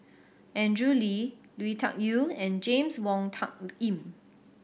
Andrew Lee Lui Tuck Yew and James Wong Tuck Yim